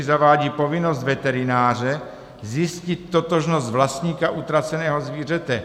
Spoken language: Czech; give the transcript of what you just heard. Zavádí povinnost veterináře zjistit totožnost vlastníka utraceného zvířete.